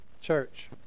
church